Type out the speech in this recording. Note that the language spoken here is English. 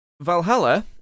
Valhalla